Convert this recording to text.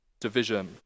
division